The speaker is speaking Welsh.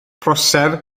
prosser